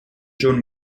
schon